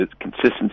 Consistency